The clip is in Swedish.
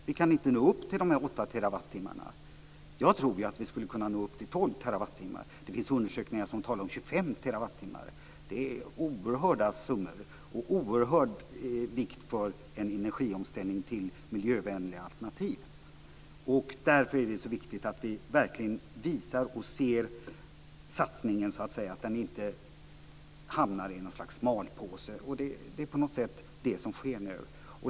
Vi kan inte nå upp till de här 8 terawattimmarna. Jag tror ju att vi skulle kunna nå upp till 12 terawattimmar. Det finns undersökningar som talar om 25 terawattimmar. Det är oerhörda summor, och det är av oerhörd vikt för en omställning till miljövänliga energialternativ. Därför är det så viktigt att vi verkligen visar det att satsningen inte hamnar i något slags malpåse. Det är det som på något sätt sker nu.